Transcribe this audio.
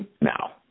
Now